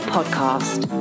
Podcast